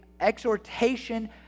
exhortation